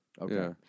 Okay